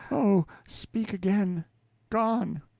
oh, speak again gone,